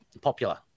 popular